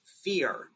fear